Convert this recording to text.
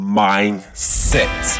mindset